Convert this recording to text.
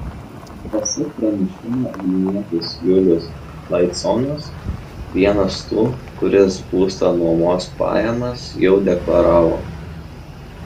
pasak pranešimo vilnietis julius laiconas vienas tų kuris būsto nuomos pajamas jau deklaravo